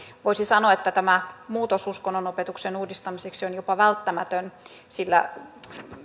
voisi sanoa että tämä muutos uskonnonopetuksen uudistamiseksi on jopa välttämätön sillä